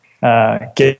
get